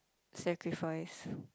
sacrifice